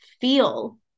feel